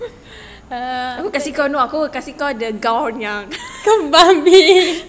uh kau babi